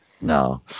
No